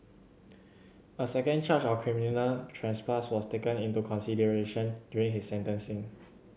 a second charge of criminal trespass was taken into consideration during his sentencing